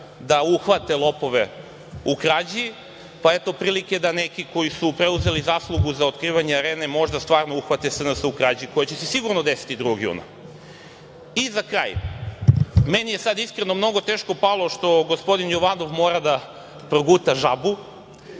da uhvate lopove u krađi, pa eto prilike da neki koji su preuzeli zaslugu za otkrivanje Arene možda stvarno uhvate SNS u krađi, koja će se sigurno desiti 2. juna.Za kraj, meni je sad iskreno mnogo teško palo što gospodin Jovanov mora da proguta žabu.